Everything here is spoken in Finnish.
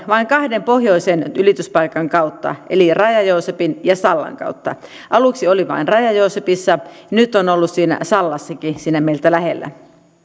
vain kahden pohjoisen ylityspaikan kautta eli raja joosepin ja sallan kautta aluksi oli vain raja joosepissa nyt on ollut sallassakin siinä meitä lähellä